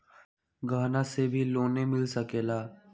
गहना से भी लोने मिल सकेला?